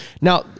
Now